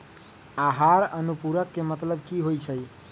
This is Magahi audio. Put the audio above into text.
आहार अनुपूरक के मतलब की होइ छई?